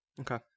Okay